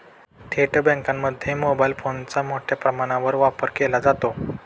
थेट बँकांमध्ये मोबाईल फोनचा मोठ्या प्रमाणावर वापर केला जातो